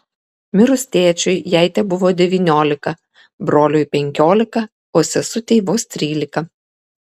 mirus tėčiui jai tebuvo devyniolika broliui penkiolika o sesutei vos trylika